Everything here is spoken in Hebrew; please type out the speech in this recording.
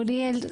אוריאל,